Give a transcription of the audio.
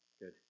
Good